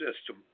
system